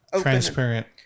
transparent